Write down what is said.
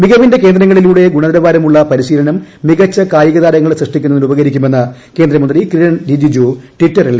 മികവിന്റെ കേന്ദ്രങ്ങളിലൂടെ ലഭിക്കുന്ന ഗുണ നിലവാരമുള്ള പരിശീലന്റ് മികച്ച കായികതാരങ്ങളെ സൃഷ്ടിക്കുന്ന തിന് ഉപകരിക്കുമെന്ന് കേന്ദ്രമന്ത്രി കിരൺ റിജിജു ട്വിറ്ററിൽ പറഞ്ഞു